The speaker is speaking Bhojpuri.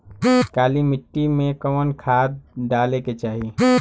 काली मिट्टी में कवन खाद डाले के चाही?